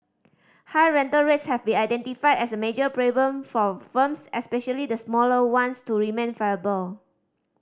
high rental rates have been identified as a major problem for firms especially the smaller ones to remain viable